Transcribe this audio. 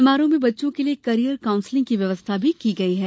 समारोह में बच्चों के लिये करियर कांउसलिंग की व्यवस्था भी की गई है